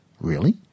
Really